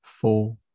four